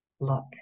Look